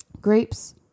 grapes